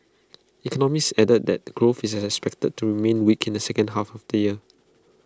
economists added that growth is expected to remain weak in the second half of the year